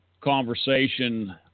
conversation